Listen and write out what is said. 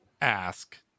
ask